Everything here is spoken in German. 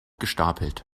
gestapelt